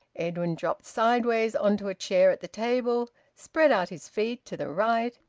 edwin dropped sideways on to a chair at the table, spread out his feet to the right,